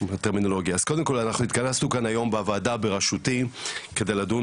אז קודם כל אנחנו התכנסנו כאן היום בוועדה בראשותי כדי לדון